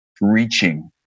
reaching